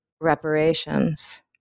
reparations